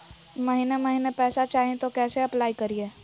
महीने महीने पैसा चाही, तो कैसे अप्लाई करिए?